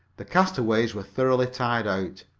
the castaways were thoroughly tired out,